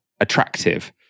attractive